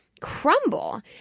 crumble